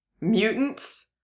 mutants